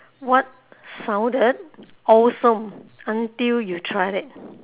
what sounded awesome until you tried it